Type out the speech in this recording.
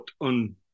on